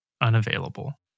unavailable